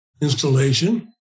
installation